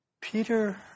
Peter